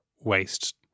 waste